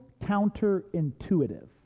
counterintuitive